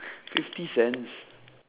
fifty cents